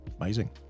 Amazing